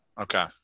Okay